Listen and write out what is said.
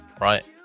right